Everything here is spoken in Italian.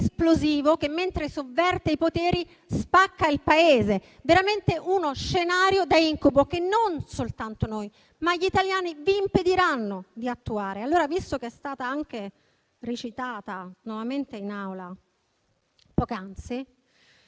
esplosivo che, mentre sovverte i poteri, spacca il Paese. Veramente uno scenario da incubo, che non soltanto noi, ma gli italiani vi impediranno di attuare. Visto che è stata citata nuovamente in Aula poc'anzi,